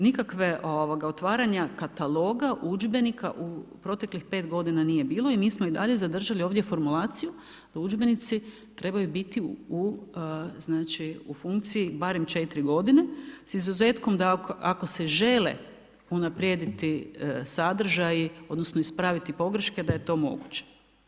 Nikakva otvaranja kataloga udžbenika u proteklih 5 g. nije bilo i mi smo i dalje zadržali ovdje formulaciju da udžbenici trebaju biti u funkciji barem 4 g. s izuzetkom da ako se žele unaprijediti sadržaji odnosno ispraviti pogreške, da je to moguće.